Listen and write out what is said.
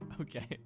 Okay